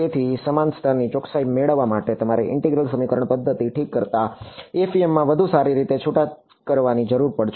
તેથી સમાન સ્તરની ચોકસાઈ મેળવવા માટે તમારે ઈન્ટિગરલ સમીકરણ પદ્ધતિ ઠીક કરતાં FEM માં વધુ સારી રીતે છૂટા કરવાની જરૂર પડશે